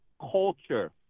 culture